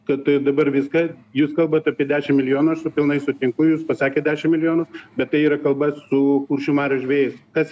kad dabar viską jūs kalbat apie dešim milijonų aš su pilnai sutinku jūs pasakė dešim milijonų bet tai yra kalba su kuršių marių žvejais kas